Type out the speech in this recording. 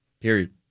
period